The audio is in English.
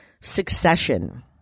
succession